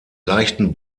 leichten